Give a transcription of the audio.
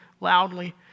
loudly